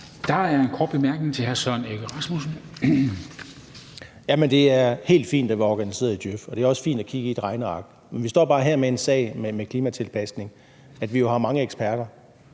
Søren Egge Rasmussen (EL): Jamen det er helt fint at være organiseret i Djøf, og det er også fint at kigge i et regneark, men vi står bare her med en sag med klimatilpasning, hvor vi har mange eksperter.